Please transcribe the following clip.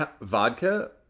vodka